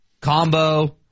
Combo